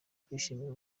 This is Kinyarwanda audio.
kwishimira